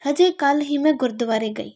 ਹਜੇ ਕੱਲ੍ਹ ਹੀ ਮੈਂ ਗੁਰਦੁਆਰੇ ਗਈ